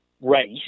race